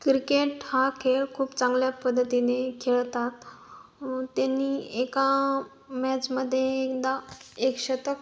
cricket हा खेळ खूप चांगल्या पद्धतीने खेळतात त्यांनी एका मॅचमध्ये एकदा एकशतक